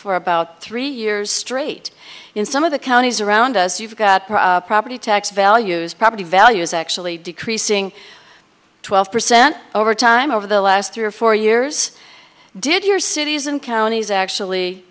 for about three years straight in some of the counties around us you've got property tax values property values actually decreasing twelve percent over time over the last three or four years did your cities and counties actually